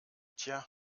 tja